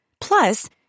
Plus